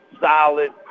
solid